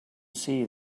see